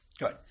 Good